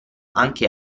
anche